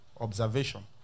observation